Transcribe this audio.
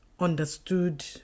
understood